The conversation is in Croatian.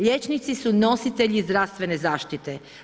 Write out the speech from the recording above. Liječnici su nositelji zdravstvene zaštite.